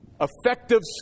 Effective